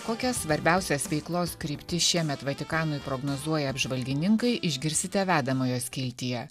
kokias svarbiausias veiklos kryptis šiemet vatikanui prognozuoja apžvalgininkai išgirsite vedamojo skiltyje